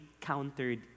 countered